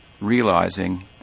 realizing